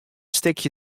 stikje